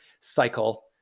cycle